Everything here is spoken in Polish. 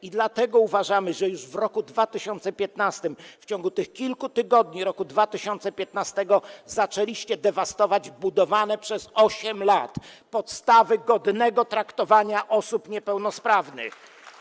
I dlatego uważamy, że już w roku 2015, w ciągu tych kilku tygodni roku 2015, zaczęliście dewastować budowane przez 8 lat podstawy godnego traktowania osób niepełnosprawnych.